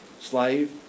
slave